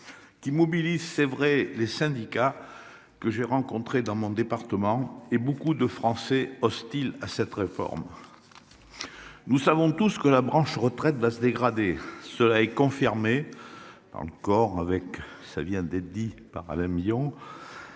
Qui mobilise c'est vrai les syndicats que j'ai rencontré dans mon département et beaucoup de Français hostiles à cette réforme. Nous savons tous que la branche retraite va se dégrader cela est confirmé par le corps avec ça vient d'être dit par Alain Millon.